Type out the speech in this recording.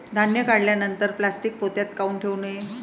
धान्य काढल्यानंतर प्लॅस्टीक पोत्यात काऊन ठेवू नये?